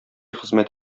хезмәт